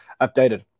updated